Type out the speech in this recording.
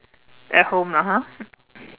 at home lah hor